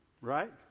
Right